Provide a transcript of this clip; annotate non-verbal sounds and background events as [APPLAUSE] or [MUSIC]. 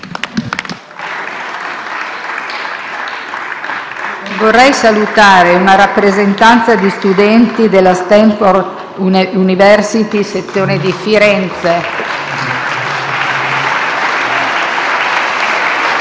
Vorrei salutare una rappresentanza di studenti della «Stanford University», sezione di Firenze. [APPLAUSE]